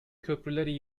köprüleri